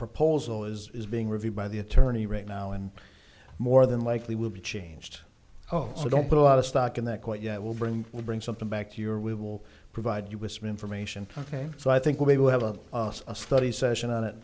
proposal is being reviewed by the attorney right now and more than likely will be changed oh i don't put a lot of stock in that quite yet will bring we bring something back to your we will provide you with some information ok so i think we will have a study session on it